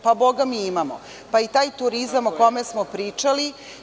Pa, bogami, imamo, pa i taj turizam o kome smo pričali.